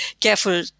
careful